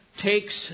takes